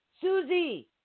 Susie